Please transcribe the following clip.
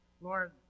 Lord